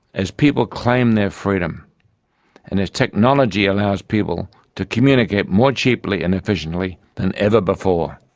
as people claim their freedom and as technology allows people to communicate more cheaply and efficiently than ever before.